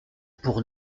pour